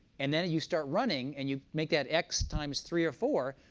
and then you start running, and you make that x times three or four,